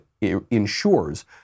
ensures